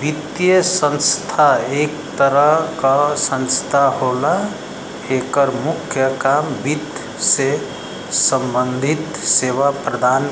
वित्तीय संस्था एक तरह क संस्था होला एकर मुख्य काम वित्त से सम्बंधित सेवा प्रदान